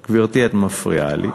גברתי, את מפריעה לי.